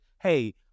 hey